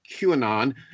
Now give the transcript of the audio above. QAnon